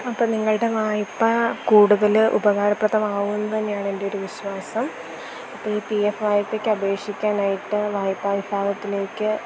അപ്പോള് നിങ്ങളുടെ വായ്പാ കൂടുതല് ഉപകാരപ്രദമാകുമെന്ന് തന്നെയാണെന്റെയൊരു വിശ്വാസം ഇപ്പോള് ഈ പി എഫ് വായ്പയ്ക്ക് അപേക്ഷിക്കാനായിട്ട് വായ്പാ വിഭാഗത്തിലേക്ക്